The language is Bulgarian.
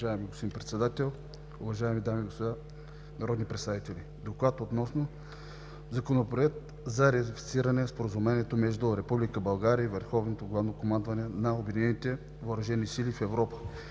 Уважаеми господин председател, уважаеми дами и господа народни представители! „ДОКЛАД относно Законопроект за ратифициране на Споразумението между Република България и Върховното Главно Командване на Обединените Въоръжени Сили в Европа